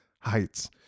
heights